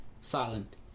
silent